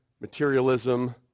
materialism